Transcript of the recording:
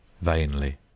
vainly